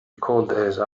cold